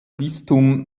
bistum